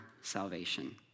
salvation